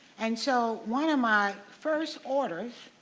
and so one of my first orders,